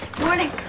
morning